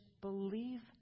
believe